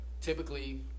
typically